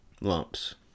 lumps